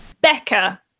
becca